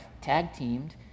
tag-teamed